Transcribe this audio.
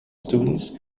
students